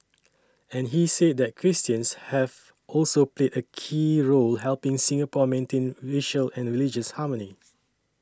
and he said that Christians have also played a key role helping Singapore maintain racial and religious harmony